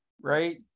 right